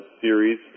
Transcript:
series